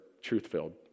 truth-filled